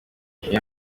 iyo